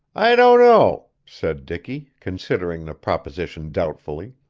i don't know, said dicky, considering the proposition doubtfully.